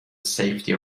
safety